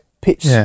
pitch